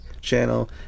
channel